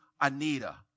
Anita